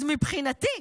אז מבחינתי,